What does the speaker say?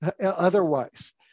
otherwise